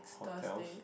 hotels